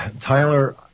Tyler